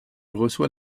reçoit